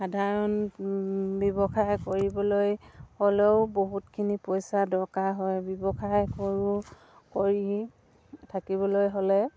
সাধাৰণ ব্যৱসায় কৰিবলৈ হ'লেও বহুতখিনি পইচা দৰকাৰ হয় ব্যৱসায় কৰোঁ কৰি থাকিবলৈ হ'লে